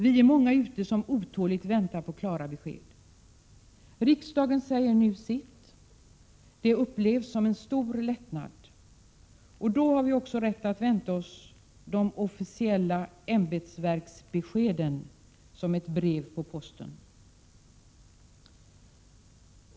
Vi är många som otåligt väntar på klara besked. Riksdagen säger nu sitt. Det upplevs som en stor lättnad. Vi har också rätt att vänta oss de officiella beskeden från ämbetsverken som ett brev på posten.